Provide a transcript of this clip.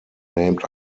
named